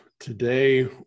Today